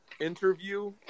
interview